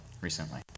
recently